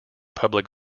public